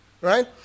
right